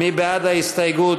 מי בעד ההסתייגות?